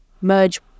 merge